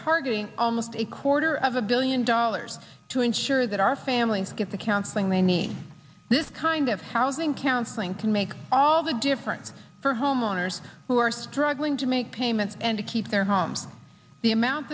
targeting almost a quarter of a billion dollars to ensure that our families get the counseling they need this kind of housing counseling can make all the difference for homeowners who are struggling to make payments and to keep their homes the amount